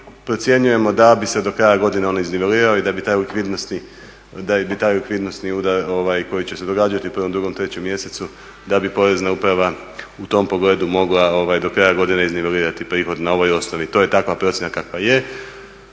procjenjujemo da bi se do kraja godine on iznivelirao i da bi taj likvidnosni udar koji će se događati u 1., 2., 3. mjesecu da bi Porezna uprava u tom pogledu mogla do kraja godine iznivelirati prihod na ovoj osnovi. To je takva procjena kakva je,